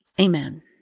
amen